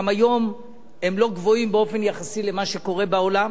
גם היום הם לא גבוהים באופן יחסי למה שקורה בעולם,